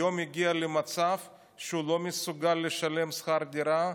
היום הגיע למצב שהוא לא מסוגל לשלם שכר דירה.